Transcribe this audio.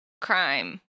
crime